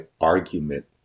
argument